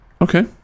Okay